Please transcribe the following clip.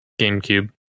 GameCube